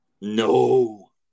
No